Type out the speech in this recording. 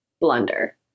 blunder